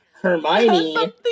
Hermione